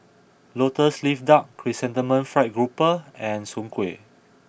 Lotus Leaf Duck Chrysanthemum Fried Grouper and Soon Kuih